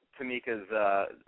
Tamika's